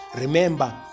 remember